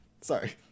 Sorry